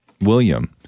william